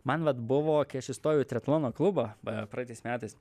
man vat buvo kai aš įstojau į triatlono klubą a praeitais metais